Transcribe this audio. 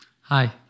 Hi